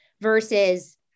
versus